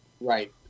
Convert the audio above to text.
right